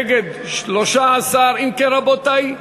נגד 13. אם כן, רבותי,